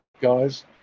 guys